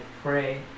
pray